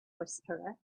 whisperer